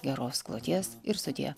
geros kloties ir sudie